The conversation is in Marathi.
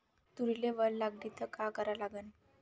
तुरीले वल लागली त का करा लागन?